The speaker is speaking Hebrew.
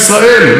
את ההשקעות,